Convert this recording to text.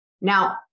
Now